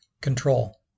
control